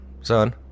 son